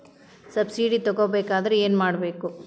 Subsidy ತಗೊಬೇಕಾದರೆ ಏನು ಮಾಡಬೇಕು?